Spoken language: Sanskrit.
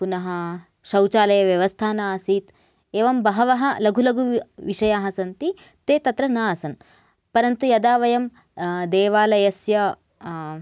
पुनः शौचालयव्यवस्था न आसीत् एवं बहवः लघु लघु विषयाः सन्ति ते तत्र न आसन् परन्तु यदा वयं देवालयस्य